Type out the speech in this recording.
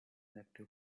active